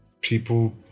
people